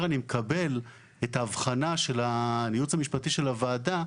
אני מקבל את ההבחנה של הייעוץ המשפטי של הוועדה,